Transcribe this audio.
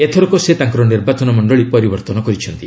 ଏଥରକ ସେ ତାଙ୍କର ନିର୍ବାଚନ ମଣ୍ଡଳୀ ପରିବର୍ତ୍ତନ କରିଛନ୍ତି